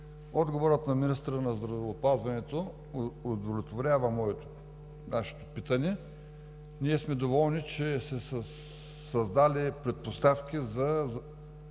Отговорът на министъра на здравеопазването удовлетворява нашето питане. Ние сме доволни, че са се създали предпоставки за